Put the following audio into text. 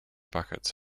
buckets